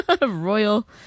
royal